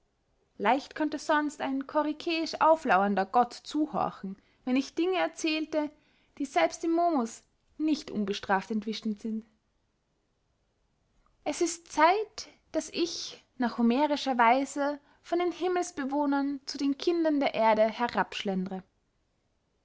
leicht könnte sonst ein corycäisch auflaurender gott zuhorchen wenn ich dinge erzehlte die selbst dem momus nicht unbestraft entwischet sind es ist zeit daß ich nach homerischer weise von den himmelsbewohnern zu den kindern der erde